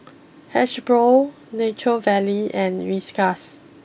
Hasbro Nature Valley and Whiskas